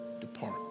depart